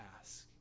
ask